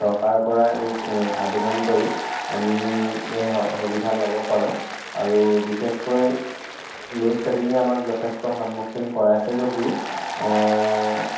চৰকাৰৰ পৰা এই আবেদন কৰি আমি এই স সুবিধা ল'ব পাৰোঁ আৰু বিশেষকৈ লোড শ্বেডিঙে আমাক যথেষ্ট সন্মুখীন কৰাইছে যদিও